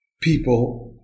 people